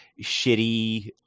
shitty